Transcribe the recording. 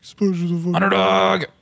underdog